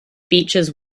beaches